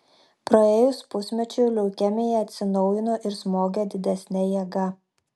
praėjus pusmečiui leukemija atsinaujino ir smogė didesne jėga